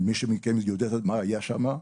מי שמכם יודע מה היה שם,